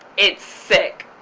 it's sick.